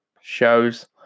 shows